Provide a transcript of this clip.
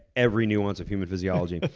every nuance of human physiology. but